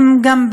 הן גם,